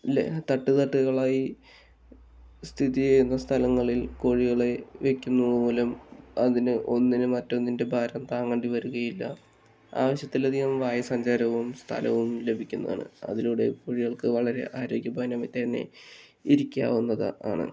തട്ടുതട്ടുകളായി സ്ഥിതി ചെയ്യുന്ന സ്ഥലങ്ങളിൽ കോഴികളെ വയ്ക്കുന്നതു മൂലം അതിന് ഒന്നിന് മറ്റൊന്നിൻറ്റെ ഭാരം താങ്ങണ്ടി വരികയില്ല ആവശ്യത്തിലധികം വായു സഞ്ചാരവും സ്ഥലവും ലഭിക്കുന്നതാണ് അതിലൂടെ കോഴികൾക്ക് വളരെ ആരോഗ്യവാനായി തന്നെ ഇരിക്കാവുന്നത് ആണ്